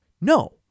no